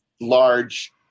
large